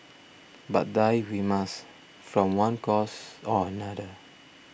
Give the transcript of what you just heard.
but die we must from one cause or another